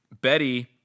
Betty